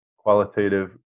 Qualitative